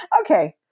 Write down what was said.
Okay